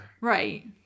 Right